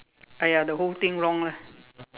ah ya the whole thing wrong lah